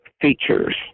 features